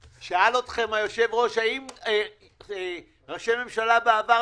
שי, אנחנו לא מקבלים את הגישה הזאת.